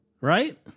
right